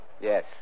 Yes